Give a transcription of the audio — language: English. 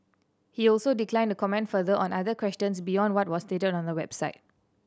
he also declined to comment further on other questions beyond what was stated on the website